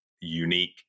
unique